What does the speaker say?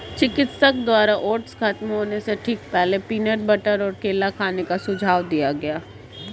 चिकित्सक द्वारा ओट्स खत्म होने से ठीक पहले, पीनट बटर और केला खाने का सुझाव दिया गया